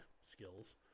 skills